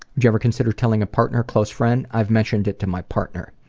you ever consider telling a partner or close friend i've mentioned it to my partner.